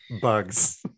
bugs